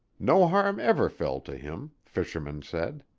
no harm ever fell to him, fishermen said.